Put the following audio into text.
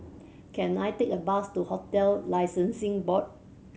can I take a bus to Hotel Licensing Board